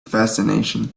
fascination